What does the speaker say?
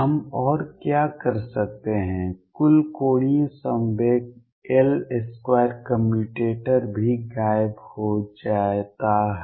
हम और क्या कर सकते हैं कि कुल कोणीय संवेग L2 कम्यूटेटर भी गायब हो जाता है